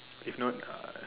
if not uh